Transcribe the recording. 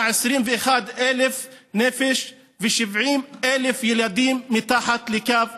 121,000 נפש ו-70,000 ילדים מתחת לקו העוני.